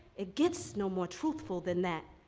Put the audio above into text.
it gets no more truthful than that.